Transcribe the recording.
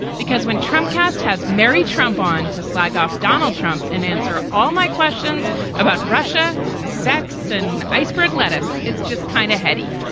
because when trump cast has mary trump on to slag off donald trump and answer all my questions about russia sex and iceberg lettuce, it's just kind of heady.